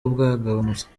bwagabanutse